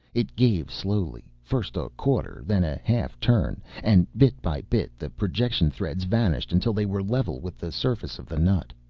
it gave slowly, first a quarter then a half turn. and bit by bit the projection threads vanished until they were level with the surface of the nut.